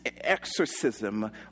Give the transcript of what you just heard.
exorcism